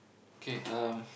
K um